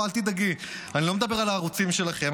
אני לא מדבר על הערוצים שלכם,